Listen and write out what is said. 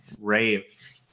rave